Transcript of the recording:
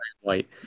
white